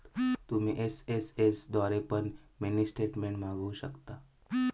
तुम्ही एस.एम.एस द्वारे पण मिनी स्टेटमेंट मागवु शकतास